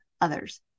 others